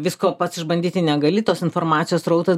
visko pats išbandyti negali tos informacijos srautas